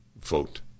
vote